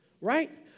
Right